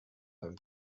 beim